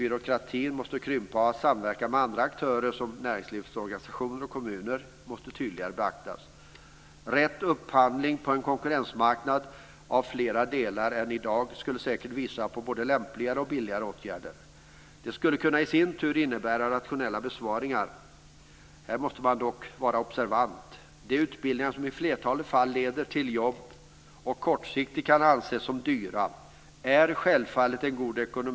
Byråkratin måste krympa, och samverkan med andra aktörer, som näringslivsorganisationer och kommuner, måste tydligare beaktas. Rätt upphandling på en konkurrensmarknad i flera delar än i dag skulle säkert leda till både lämpligare och billigare åtgärder. Det skulle i sin tur kunna innebära rationella besparingar. Här måste man dock vara observant. De utbildningar som i flertalet fall leder till jobb, men kortsiktigt kan anses som dyra, är självfallet ekonomiskt goda.